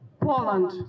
Poland